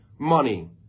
Money